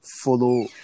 follow